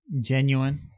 Genuine